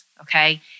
okay